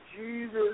Jesus